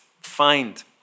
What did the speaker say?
find